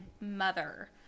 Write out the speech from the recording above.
mother